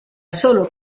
solo